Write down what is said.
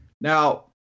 Now